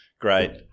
Great